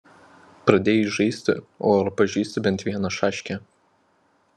pradėjai žaisti o ar pažįsti bent vieną šaškę